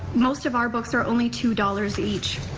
most of our books are only two dollars each.